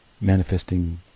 manifesting